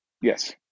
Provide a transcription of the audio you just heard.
Yes